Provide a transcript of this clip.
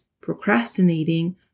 procrastinating